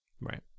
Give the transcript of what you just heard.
Right